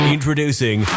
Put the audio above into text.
Introducing